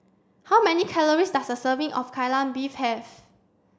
how many calories does a serving of Kai Lan Beef have